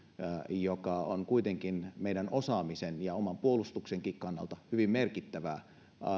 joka on kuitenkin meidän osaamisen ja oman puolustuksenkin kannalta hyvin merkittävää